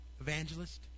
Evangelist